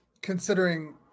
Considering